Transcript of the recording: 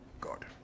God